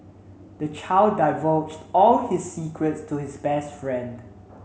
the child divulged all his secrets to his best friend